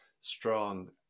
strong